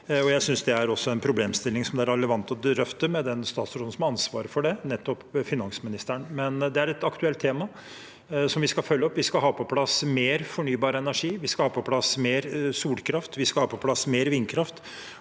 Jeg synes det er en problemstilling som det er relevant å drøfte med den statsråden som har ansvaret for det, nemlig finansministeren. Men det er et aktuelt tema, som vi skal følge opp. Vi skal ha på plass mer fornybar energi, vi skal ha på plass mer solkraft, vi skal ha på plass mer vindkraft,